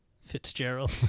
Fitzgerald